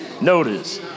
Notice